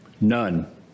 None